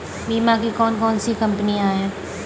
बीमा की कौन कौन सी कंपनियाँ हैं?